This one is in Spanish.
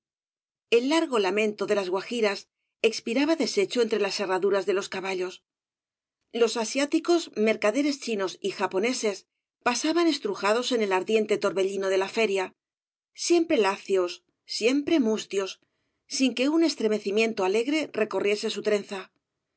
el largo lamento de las guajiras expiraba deshecho entre las herraduras de los caballos los asiáticos mercas obras de valle i n clan s deres chinos y japoneses pasaban estrujados en el ardiente torbellino de la feria siempre lacios siempre mustios sin que un estremecimiento alegre recorriese su trenza